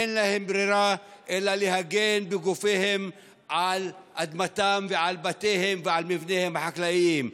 אין להם ברירה אלא להגן בגופם על אדמתם ועל בתיהם ועל מבניהם החקלאיים.